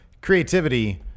creativity